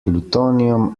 plutonium